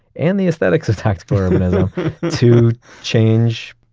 and the aesthetics of tactical urbanism to change,